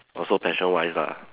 also passion wise lah